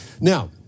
now